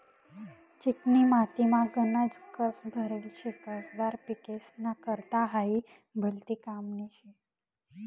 चिकनी मातीमा गनज कस भरेल शे, कसदार पिकेस्ना करता हायी भलती कामनी शे